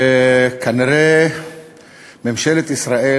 וכנראה ממשלת ישראל,